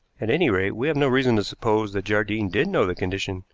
at any rate, we have no reason to suppose that jardine did know the condition,